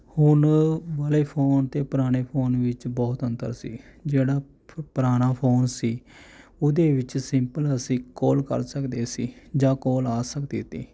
ਹੁਣ ਵਾਲੇ ਫੋਨ ਅਤੇ ਪੁਰਾਣੇ ਫੋਨ ਵਿੱਚ ਬਹੁਤ ਅੰਤਰ ਸੀ ਜਿਹੜਾ ਪੁਰਾਣਾ ਫੋਨ ਸੀ ਉਹਦੇ ਵਿੱਚ ਸਿੰਪਲ ਅਸੀਂ ਕਾਲ ਕਰ ਸਕਦੇ ਸੀ ਜਾਂ ਕਾਲ ਆ ਸਕਦੀ ਤੀ